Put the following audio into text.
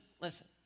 listen